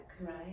right